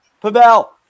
Pavel